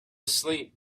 asleep